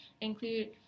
include